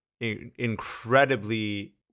incredibly